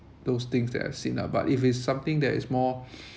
those things that I've seen ah but if it's something that is more